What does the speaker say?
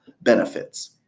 benefits